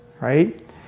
right